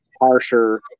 harsher